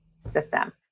system